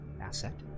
asset